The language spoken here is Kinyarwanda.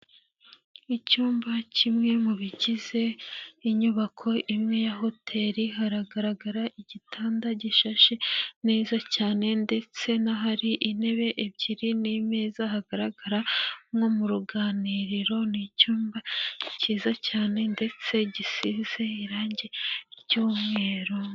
Icyumba kimwe mu bigize inyubako imwe ya hoteli haragaragara igitanda gishashe neza cyane ndetse n'ahari intebe ebyiri n'imeza hagaragara nko mu ruganiriro, ni icyumba kiza cyane ndetse gisize irangi ry'umweru.